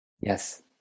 Yes